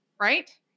right